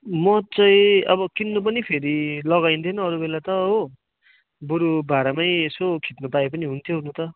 म चाहिँ अब किन्नु पनि फेरि लगाइँदैन अरू बेला त हो बरू भाडामै यसो खिच्नु पाए पनि हुन्थ्यो हुनु त